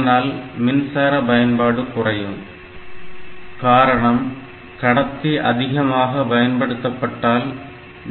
இதனால் மின்சார பயன்பாடு குறையும் காரணம் கடத்தி அதிகமாக பயன்படுத்தப்பட்டால்